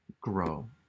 grow